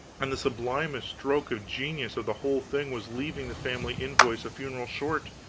and the sublimest stroke of genius of the whole thing was leaving the family-invoice a funeral short,